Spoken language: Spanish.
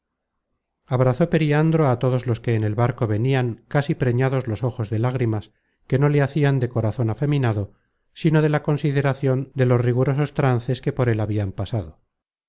abrazó periandro a todos los que en el barco venian casi preñados los ojos de lágrimas que no le nacian de corazon afeminado sino de la consideracion de los rigurosos trances que por él habian pasado